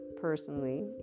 personally